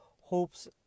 hopes